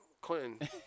Clinton